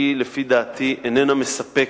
שלפי דעתי איננה מספקת.